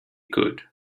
could